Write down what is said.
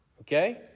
Okay